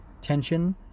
tension